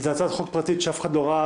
הבאתם הצעת חוק פרטית שאף אחד לא ראה,